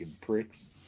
pricks